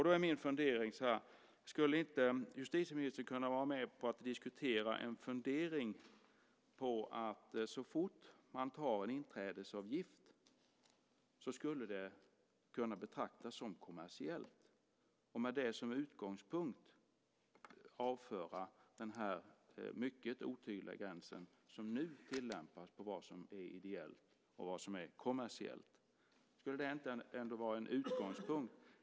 Då är min fundering så här: Skulle inte justitieministern kunna vara med på att diskutera att så fort man tar en inträdesavgift skulle det kunna betraktas som kommersiellt och med det som utgångspunkt avföra den här mycket otydliga gräns som nu tillämpas på vad som är ideellt och vad som är kommersiellt? Skulle det inte kunna vara en utgångspunkt?